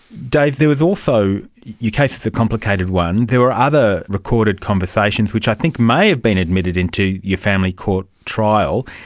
dave, there was also, your case is a complicated one, there were other recorded conversations which i think may have been admitted into your family court trial,